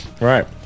Right